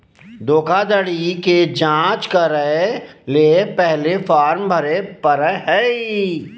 धोखाधड़ी के जांच करय ले पहले फॉर्म भरे परय हइ